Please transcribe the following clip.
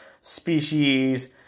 species